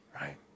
Right